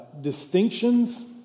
distinctions